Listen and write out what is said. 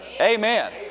Amen